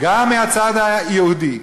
גם מהצד היהודי,